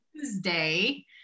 Tuesday